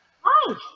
Hi